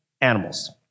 animals